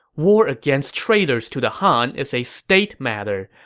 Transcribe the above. war against traitors to the han is a state matter,